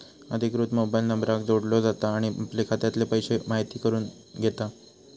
अधिकृत मोबाईल नंबराक जोडलो जाता आणि आपले खात्यातले पैशे म्हायती करून घेता